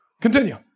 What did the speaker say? Continue